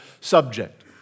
subject